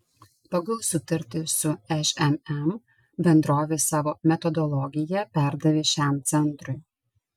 pagal sutartį su šmm bendrovė savo metodologiją perdavė šiam centrui